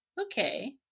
okay